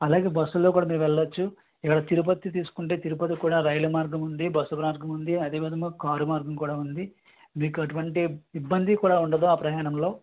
అలాగే బస్సులో కూడా మీరు వెళ్లొచ్చు తిరుపతి తీసుకుంటే తిరుపతికి కూడా రైలు మార్గం ఉంది బస్సు మార్గం ఉంది అదే విధంగా కారు మార్గము కూడా ఉంది మీకు ఎటువంటి ఇబ్బంది కూడా ఉండదు ఆ ప్రయాణంలో